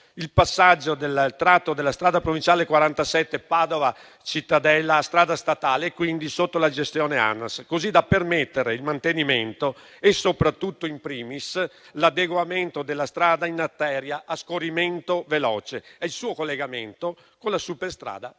il passaggio del tratto della strada provinciale 47, tra Padova e Cittadella, a strada statale, e quindi sotto la gestione dell'ANAS, così da permettere il mantenimento e soprattutto, *in primis*, l'adeguamento della strada in arteria a scorrimento veloce e il suo collegamento con la superstrada Pedemontana